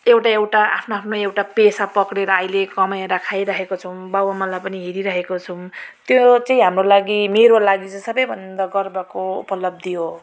एउटा एउटा आफ्नो आफ्नो एउटा पेसा पक्रेर अहिले कमाएर खाइरहेका छौँ बाउ आमालाई पनि हेरिरहेको छौँ त्यो चाहिँ हाम्रो लागि मेरो लागि चाहिँ सबै भन्दा गर्वको उपलब्धि हो